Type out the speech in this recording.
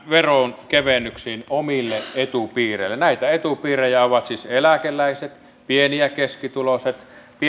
veronkevennyksiin omille etupiireille näitä etupiirejä ovat siis eläkeläiset pieni ja keskituloiset